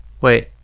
Wait